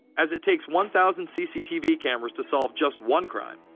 as it takes one thousand cctv cameras to solve just one crime.